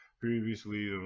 Previously